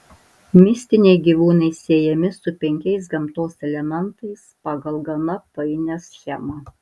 mistiniai gyvūnai siejami su penkiais gamtos elementais pagal gana painią schemą